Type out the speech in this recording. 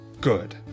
good